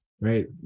right